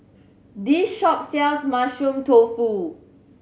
this shop sells Mushroom Tofu